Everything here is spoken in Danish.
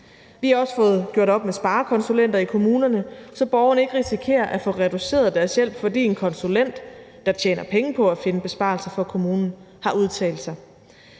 Vi har også fået gjort op med sparekonsulenter i kommunerne, så borgerne ikke risikerer at få reduceret deres hjælp, fordi en konsulent, der tjener penge på at finde besparelser for kommunen, har udtalt sig.